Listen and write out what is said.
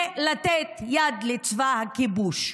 זה לתת יד לצבא הכיבוש.